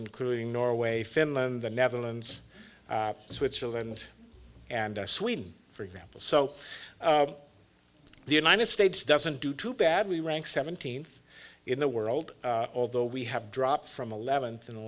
including norway finland the netherlands and switzerland and sweden for example so the united states doesn't do too badly ranks seventeenth in the world although we have dropped from eleven in the